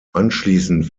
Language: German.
anschließend